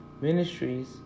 Ministries